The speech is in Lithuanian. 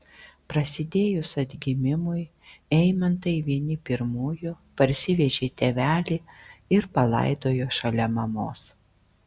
prasidėjus atgimimui eimantai vieni pirmųjų parsivežė tėvelį ir palaidojo šalia mamos